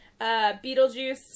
beetlejuice